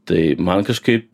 tai man kažkaip